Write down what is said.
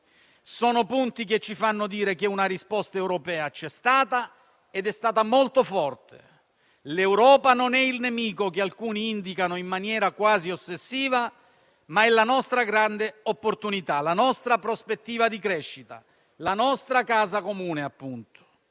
Sono punti che ci fanno dire che una risposta europea c'è stata ed è stata molto forte. L'Europa non è il nemico che alcuni indicano in maniera quasi ossessiva, ma è la nostra grande opportunità, la nostra prospettiva di crescita, la nostra casa comune. Certo,